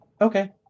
okay